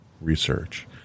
research